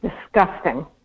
Disgusting